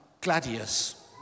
Gladius